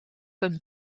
een